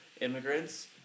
immigrants